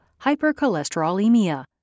hypercholesterolemia